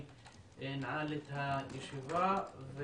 אני אנעל את הישיבה.